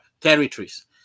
territories